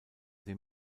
sie